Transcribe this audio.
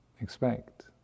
expect